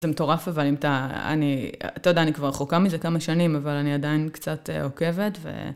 זה מטורף, אבל אם אתה... אני, אתה יודע, אני כבר רחוקה מזה כמה שנים, אבל אני עדיין קצת עוקבת, ו...